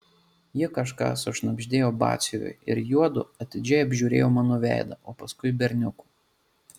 ji kažką sušnabždėjo batsiuviui ir juodu atidžiai apžiūrėjo mano veidą o paskui berniuko